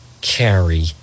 carry